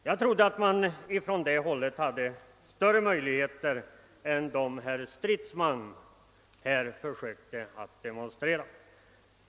Jag trodde att man på det hållet hade större möjligheter än vad herr Stridsman försökte göra gällande.